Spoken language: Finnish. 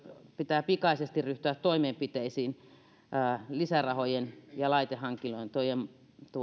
pitää pikaisesti ryhtyä toimenpiteisiin lisärahojen ja laitehankintojen